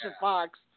Fox